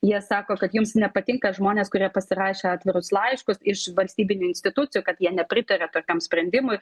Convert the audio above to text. jie sako kad jums nepatinka žmonės kurie pasirašė atvirus laiškus iš valstybinių institucijų kad jie nepritaria tokiam sprendimui